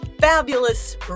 fabulous